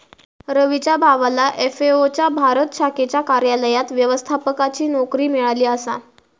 रवीच्या भावाला एफ.ए.ओ च्या भारत शाखेच्या कार्यालयात व्यवस्थापकाची नोकरी मिळाली आसा